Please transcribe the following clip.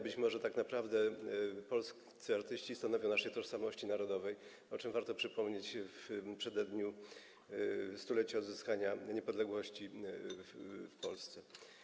Być może tak naprawdę polscy artyści stanowią o naszej tożsamości narodowej, o czym warto przypomnieć w przededniu stulecia odzyskania niepodległości przez Polskę.